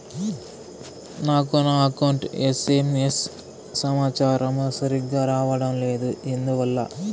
నాకు నా account SMS సమాచారము సరిగ్గా రావడం లేదు ఎందువల్ల?